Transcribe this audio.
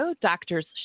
Doctors